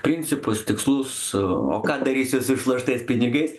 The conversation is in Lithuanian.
principus tikslus o ką darysi su išloštais pinigais